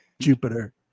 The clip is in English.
Jupiter